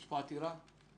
מבחינתי, יש פה עתירה שנדונה.